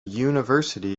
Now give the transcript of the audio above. university